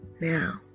Now